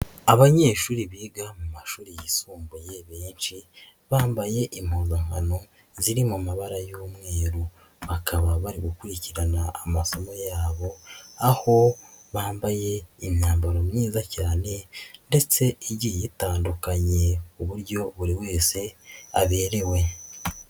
Abanyeshuri biga mu mashuri yisumbuye benshi bambaye impuzankano ziri mu mabara y'umweru, bakaba bari gukurikirana amasomo yabo aho bambaye imyambaro myiza cyane ndetse igiye itandukanye ku buryo buri wese aberewe.